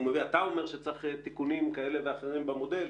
אתה אומר שצריך תיקונים כאלה ואחרים במודל,